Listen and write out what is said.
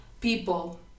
people